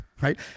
right